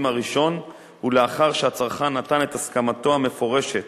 הראשון ולאחר שהצרכן נתן את הסכמתו המפורשת